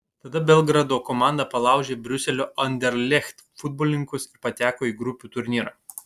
tada belgrado komanda palaužė briuselio anderlecht futbolininkus ir pateko į grupių turnyrą